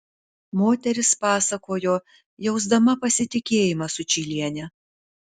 moteris pasakojo jausdama pasitikėjimą sučyliene